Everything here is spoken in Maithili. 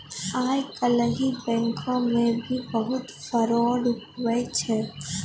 आइ काल्हि बैंको मे भी बहुत फरौड हुवै छै